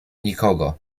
nikogo